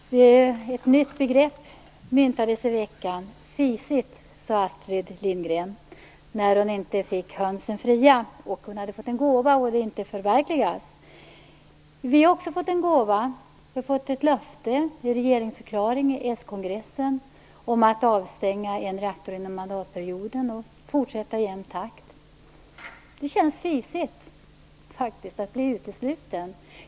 Fru talman! Ett nytt begrepp myntades i veckan; "Fisigt sade Astrid Lindgren är hon inte fick hönsen fria". Hon hade fått en gåva, och den förvekligades inte. Vi har också fått en gåva. Vi har fått ett löfte i regeringsförklaringen och av s-kongressen om att avstänga en reaktor under mandatperioden och fortsätta i jämn takt. Det känns faktiskt fisigt att bli utesluten.